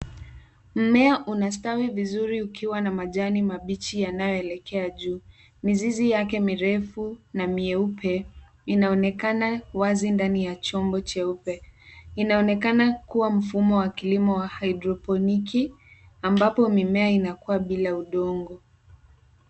Mmea una stawi vizuri ukiwa na majani mabichi yanayoelekea juu mizizi yake mirefu na mieupe ianaonekana wazi ndani ya chombo cheupe inaonekana kua mfumo wa kilimo wa hyrdoponiki ambapo mimea inakua bila udongo.